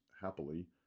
happily